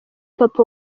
papa